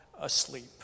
asleep